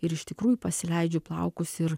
ir iš tikrųjų pasileidžiu plaukus ir